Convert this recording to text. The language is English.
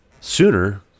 Sooner